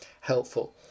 helpful